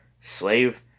slave